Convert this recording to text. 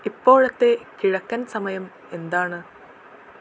ഇപ്പോഴത്തെ കിഴക്കൻ സമയം എന്താണ്